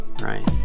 Right